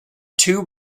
two